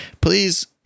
Please